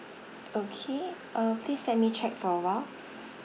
okay uh please let me check for a while